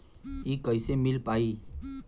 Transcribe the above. इ कईसे मिल पाई?